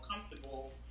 comfortable